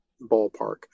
ballpark